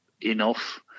enough